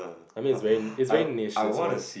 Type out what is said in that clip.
I mean is very is very niche that's why